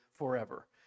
Forever